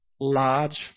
large